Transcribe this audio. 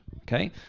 Okay